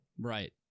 Right